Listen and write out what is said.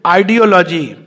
ideology